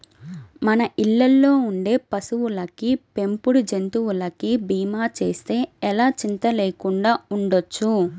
మన ఇళ్ళల్లో ఉండే పశువులకి, పెంపుడు జంతువులకి భీమా చేస్తే ఎలా చింతా లేకుండా ఉండొచ్చు